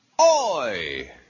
Oi